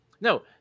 No